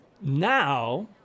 Now